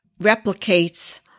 replicates